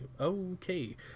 Okay